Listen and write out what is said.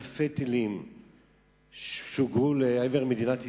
אלפי טילים שוגרו לעבר מדינת ישראל,